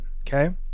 okay